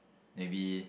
maybe